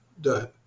done